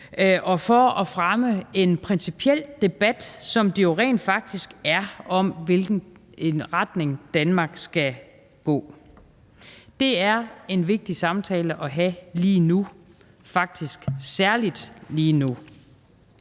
og for at fremme en principiel debat, som det jo rent faktisk er, om, i hvilken retning Danmark skal gå. Det er en vigtig samtale at have lige nu, faktisk særlig lige nu.